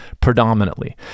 predominantly